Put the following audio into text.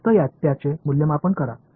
फक्त त्याचे मूल्यांकन करा